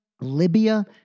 Libya